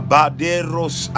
Baderos